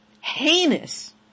heinous